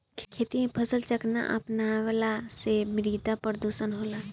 खेती में फसल चक्र ना अपनवला से मृदा प्रदुषण होला